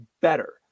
better